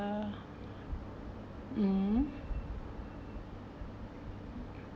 ya mm